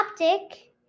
optic